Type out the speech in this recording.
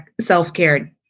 self-care